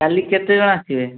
କାଲି କେତେଜଣ ଆସିବେ